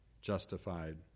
justified